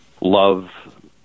love